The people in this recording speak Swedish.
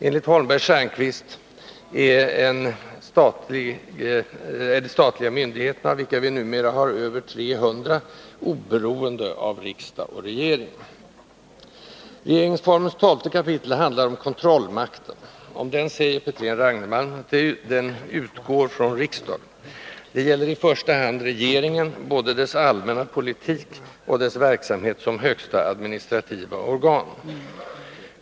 Enligt Holmberg-Stjernqvist är de statliga myndigheterna, av vilka vi nu har över 300, ”oberoende” av riksdag och regering. Regeringsformens 12 kap. handlar om kontrollmakten. Om den säger Petrén-Ragnemalm att den utgår från riksdagen. Det gäller i första hand regeringen, både dess allmänna politik och dess verksamhet som högsta administrativa organ.